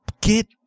get